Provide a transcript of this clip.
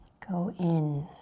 go in,